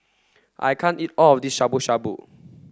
I can't eat all of this Shabu Shabu